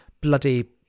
bloody